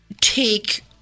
take